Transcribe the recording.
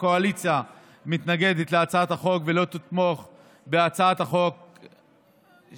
הקואליציה מתנגדת להצעת החוק ולא תתמוך בהצעת החוק האמורה.